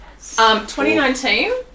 2019